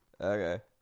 Okay